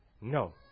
No